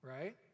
right